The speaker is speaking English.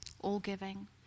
all-giving